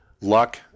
luck